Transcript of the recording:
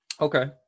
Okay